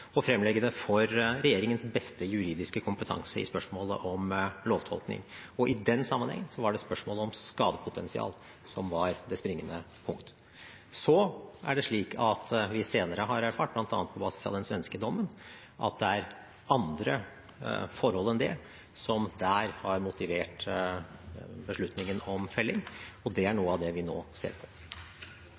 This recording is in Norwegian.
og fremlegge det for regjeringens beste juridiske kompetanse i spørsmålet om lovtolkning. I den sammenheng var det spørsmålet om skadepotensial som var det springende punkt. Senere har vi erfart, bl.a. på basis av den svenske dommen, at det er andre forhold enn det som der har motivert beslutningen om felling, og det er noe av det vi nå ser på.